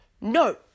no